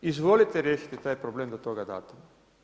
Izvolite riješiti taj problem do toga datuma.